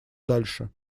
дальше